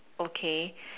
okay